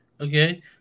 Okay